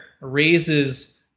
raises